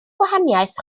gwahaniaeth